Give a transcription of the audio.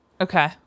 okay